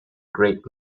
great